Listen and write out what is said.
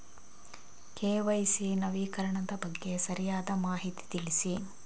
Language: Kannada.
ಕೆ.ವೈ.ಸಿ ನವೀಕರಣದ ಬಗ್ಗೆ ಸರಿಯಾದ ಮಾಹಿತಿ ತಿಳಿಸಿ?